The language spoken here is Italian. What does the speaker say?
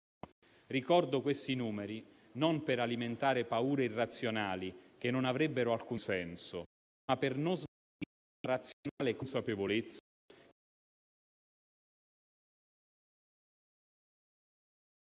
Ricordo questi numeri non per alimentare paure irrazionali che non avrebbero alcun senso, ma per non smarrire la razionale consapevolezza